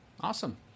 Awesome